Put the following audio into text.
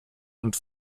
und